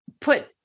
Put